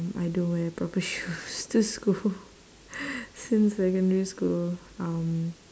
I don't wear proper shoes to school since secondary school um